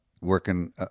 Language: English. working